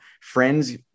friends